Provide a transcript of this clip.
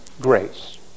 grace